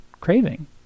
craving